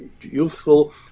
youthful